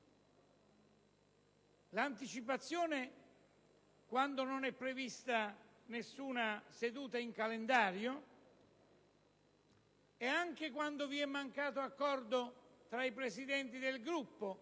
anche quando non è prevista alcuna seduta in calendario e se anche quando vi è mancato accordo tra i Presidenti dei Gruppi